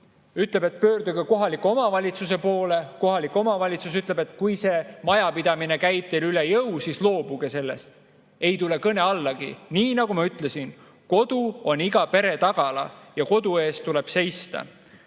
ütleb, et pöörduge kohaliku omavalitsuse poole. Kohalik omavalitsus ütleb, et kui see majapidamine käib teile üle jõu, siis loobuge sellest. Ei tule kõne allagi! Nii nagu ma ütlesin, kodu on iga pere tagala ja kodu eest tuleb seista. Küll